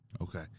Okay